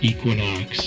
Equinox